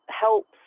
helps